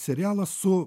serialas su